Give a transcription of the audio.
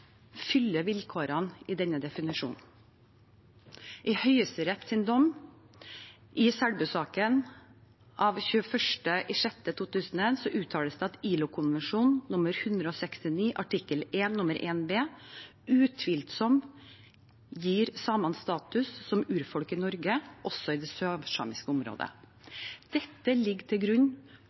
fyller vilkårene i denne definisjonen. I Høyesteretts dom i Selbu-saken av 21. juni 2001 uttales det at ILO-konvensjon nr. 169 artikkel 1, 1 b, utvilsomt gir samene status som urfolk i Norge, også i det sørsamiske området. Dette ligger til grunn